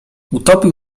utopił